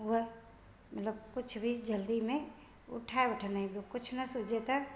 हूअ मतिलबु कुझु बि जल्दी में वो ठाहे वठंदा आहियूं ॿियो कुझु न कुझु जेका